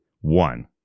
One